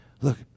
Look